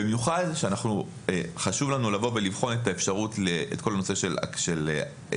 במיוחד שחשוב לנו לבוא ולבחון את כל הנושא של שלילת